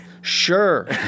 sure